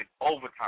overtime